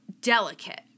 delicate